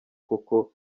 koko